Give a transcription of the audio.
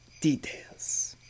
Details